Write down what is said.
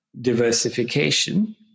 diversification